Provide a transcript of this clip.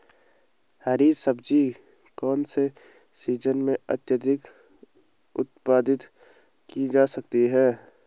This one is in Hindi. हरी सब्जी कौन से सीजन में अत्यधिक उत्पादित की जा सकती है?